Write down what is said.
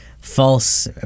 false